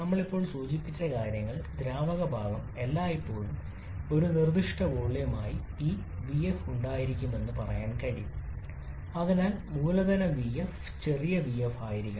ഞങ്ങൾ ഇപ്പോൾ സൂചിപ്പിച്ച കാര്യങ്ങൾ ദ്രാവക ഭാഗം എല്ലായ്പ്പോഴും ഒരു നിർദ്ദിഷ്ട വോള്യമായി ഈ വിഎഫ് ഉണ്ടായിരിക്കുമെന്ന് പറയാൻ കഴിയും അതിനാൽ മൂലധന വിഎഫ് ചെറിയ വിഎഫ് ആയിരിക്കണം